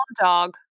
dog